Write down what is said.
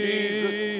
Jesus